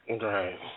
Right